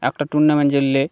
একটা টুর্নামেন্ট জিতলে